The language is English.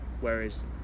Whereas